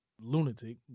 lunatic